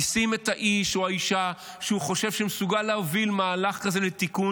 ישים את האיש או האישה שהוא חושב שמסוגלים להוביל מהלך כזה לתיקון,